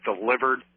delivered